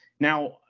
Now